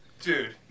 dude